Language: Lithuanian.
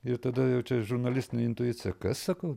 ir tada jau čia žurnalistinė intuicija kas sakau